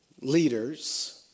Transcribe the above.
leaders